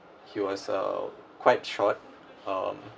he was uh quite short um